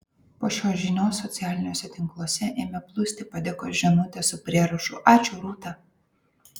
po šios žinios socialiniuose tinkluose ėmė plūsti padėkos žinutės su prierašu ačiū rūta